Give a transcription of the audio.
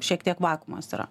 šiek tiek vakuumas yra